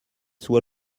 soit